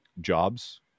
jobs